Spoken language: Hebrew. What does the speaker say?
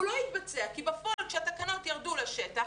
הוא לא התבצע כי בפועל כאשר התקנות ירדו לשטח,